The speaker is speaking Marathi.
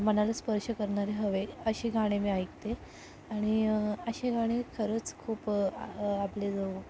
मनाला स्पर्श करणारे हवे असे गाणे मी ऐकते आणि असे गाणे खरंच खूप आपले जणू